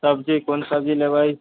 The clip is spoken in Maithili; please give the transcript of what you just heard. सब्जी कोन सब्जी लेबै